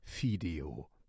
video